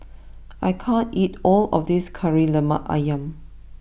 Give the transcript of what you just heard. I can't eat all of this Kari Lemak Ayam